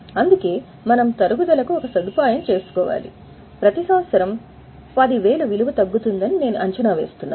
అందుకే మనం తరుగుదలకు ఒక సదుపాయం చేసుకోవాలి ప్రతి సంవత్సరం 10000 విలువ తగ్గుతుంది అని నేను అంచనా వేస్తున్నాను